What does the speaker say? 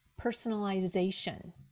personalization